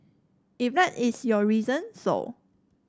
if that is your reason so